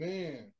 Man